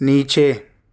نیچے